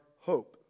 hope